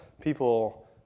people